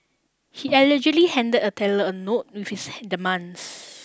he allegedly handed the teller a note with his demands